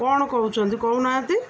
କ'ଣ କହୁଛନ୍ତି କହୁନାହାନ୍ତି